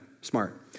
Smart